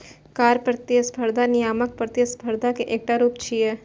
कर प्रतिस्पर्धा नियामक प्रतिस्पर्धा के एकटा रूप छियै